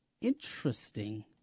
Interesting